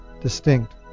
distinct